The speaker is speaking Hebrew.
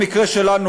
במקרה שלנו,